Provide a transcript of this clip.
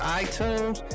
iTunes